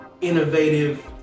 innovative